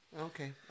Okay